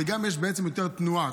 וגם יש בעצם יותר תנועה.